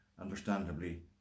understandably